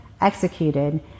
executed